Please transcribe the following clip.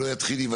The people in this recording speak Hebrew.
שהרשות.